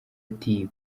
ati